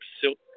silk